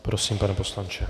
Prosím, pane poslanče.